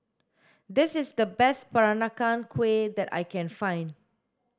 this is the best peranakan kueh that I can find